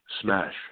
Smash